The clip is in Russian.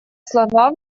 слова